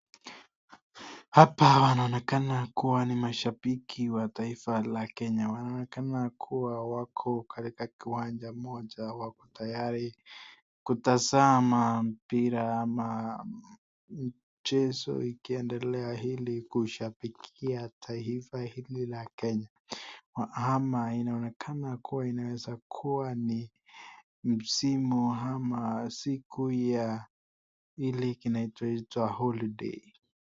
Hapa wanaonekana kuwa ni mashabiki wa taifa la Kenya , wanaonekana kuwa wako katika kiwanja moja wako tayari kutazama mpira ama mchezo ikiendelea ili kushabikia taifa hili la Kenya, maana hapa inaonekana kuwa inaweza kuwa ni msimu ama siku ya hili kinachoitwa (cs) holiday (cs).